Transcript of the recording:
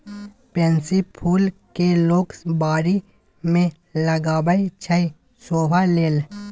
pansy फुल केँ लोक बारी मे लगाबै छै शोभा लेल